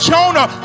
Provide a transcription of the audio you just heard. Jonah